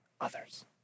others